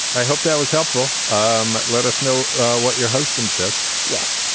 i hope that was helpful. um let us know what your husband says yes.